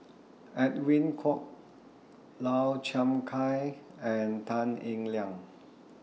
Edwin Koek Lau Chiap Khai and Tan Eng Liang